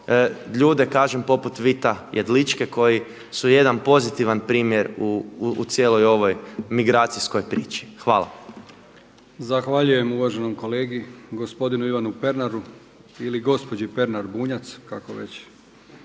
ljude kažem poput Vita Jedličke koji su jedan primjer u cijeloj ovoj migracijskoj priči. Hvala. **Brkić, Milijan (HDZ)** Zahvaljujem uvaženom kolegi gospodinu Ivanu Pernaru ili gospođi Pernar Bunjac kako već